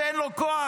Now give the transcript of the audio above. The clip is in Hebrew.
שאין לו כוח.